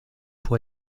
pour